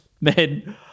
men